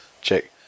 Check